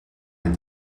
est